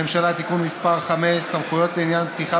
הממשלה (תיקון מס' 5) (סמכויות לעניין פתיחה